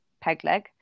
pegleg